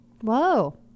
Whoa